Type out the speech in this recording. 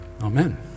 Amen